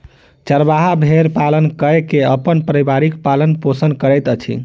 चरवाहा भेड़ पालन कय के अपन परिवारक पालन पोषण करैत अछि